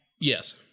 Yes